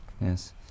Yes